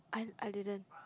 I I didn't